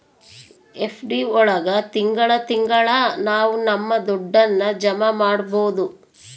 FD ಒಳಗ ತಿಂಗಳ ತಿಂಗಳಾ ನಾವು ನಮ್ ದುಡ್ಡನ್ನ ಜಮ ಮಾಡ್ಬೋದು